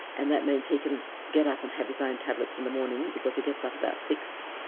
and that means he can get up and have his own tablets in the morning because he gets up about six,